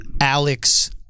Alex